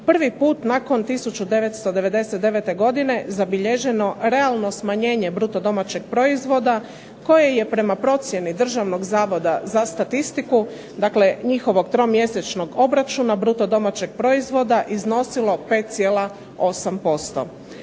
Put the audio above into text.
prvi put nakon 1999. godine zabilježeno realno smanjenje bruto domaćeg proizvoda koje je prema procjeni Državnog zavoda za statistiku, dakle njihovog tromjesečnog obračuna bruto domaćeg proizvoda iznosilo 5,8%.